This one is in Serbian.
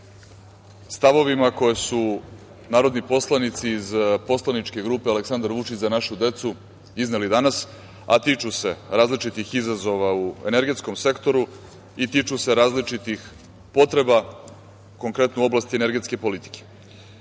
stavovima koje su narodni poslanici iz poslaničke grupe Aleksandar Vučić – Za našu decu izneli danas, a tiču se različitih izazova u energetskom sektoru i tiču se različitih potreba, konkretno u oblasti energetske politike. Javio